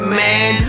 man